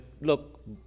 look